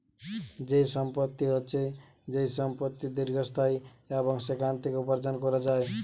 যেই সম্পত্তি হচ্ছে যেই সম্পত্তি দীর্ঘস্থায়ী এবং সেখান থেকে উপার্জন করা যায়